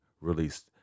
released